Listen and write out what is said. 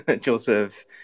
Joseph